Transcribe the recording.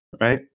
right